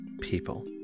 people